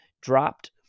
dropped